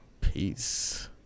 peace